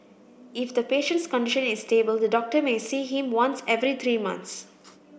if the patient's condition is stable the doctor may see him once every three months